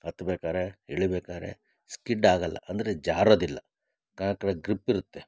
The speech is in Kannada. ಹತ್ಬೇಕಾರೆ ಇಳಿಬೇಕಾದ್ರೆ ಸ್ಕಿಡ್ ಆಗೋಲ್ಲ ಅಂದರೆ ಜಾರೋದಿಲ್ಲ ಗ್ರಿಪ್ ಇರುತ್ತೆ